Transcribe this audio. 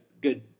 good